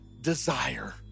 desire